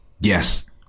yes